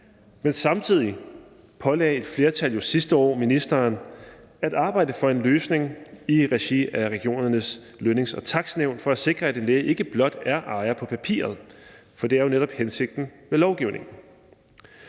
Men samtidig pålagde et flertal jo sidste år ministeren at arbejde for en løsning i regi af Regionernes Lønnings- og Takstnævn for at sikre, at en læge ikke blot er ejer på papiret, for det er jo netop hensigten med lovgivningen.